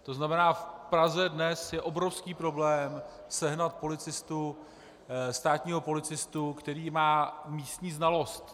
To znamená, v Praze dnes je obrovský problém sehnat státního policistu, který má místní znalost.